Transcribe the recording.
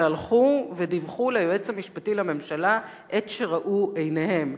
והלכו ודיווחו ליועץ המשפטי לממשלה את שראו עיניהם.